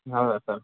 ಹೌದಾ ಸರ್